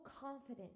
confident